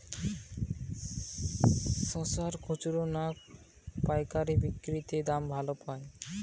শশার খুচরা না পায়কারী বিক্রি তে দাম ভালো হয়?